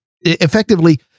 effectively